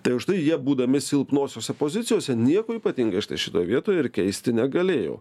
tai užtai jie būdami silpnosiose pozicijose nieko ypatingai štai šitoj vietoj ir keisti negalėjau